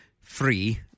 free